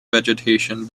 vegetation